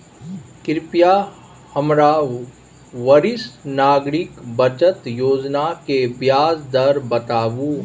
कृपया हमरा वरिष्ठ नागरिक बचत योजना के ब्याज दर बताबू